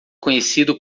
conhecido